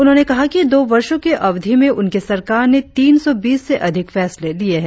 उन्होंने कहा कि दो वर्षों की अवधि में उनकी सरकार ने तीन सौ बीस से अधिक फैसले लिए है